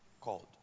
called